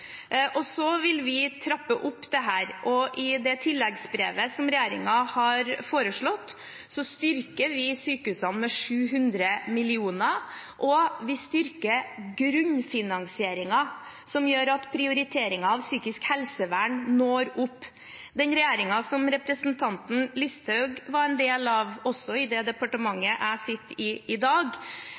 som regjeringen har lagt fram, styrker vi sykehusene med 700 mill. kr, og vi styrker grunnfinansieringen, noe som gjør at prioriteringen av psykisk helsevern når opp. Den regjeringen som representanten Listhaug var en del av, også i det departementet jeg i dag sitter i, greide ikke i